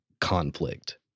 conflict